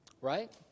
Right